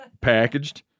packaged